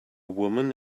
woman